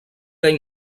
any